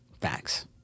Facts